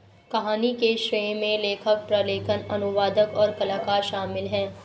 कहानी के श्रेय में लेखक, प्रलेखन, अनुवादक, और कलाकार शामिल हैं